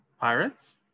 Pirates